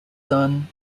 son